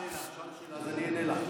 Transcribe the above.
שאלת שאלה, אז אענה לך,